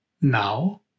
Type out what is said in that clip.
now